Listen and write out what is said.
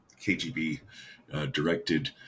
KGB-directed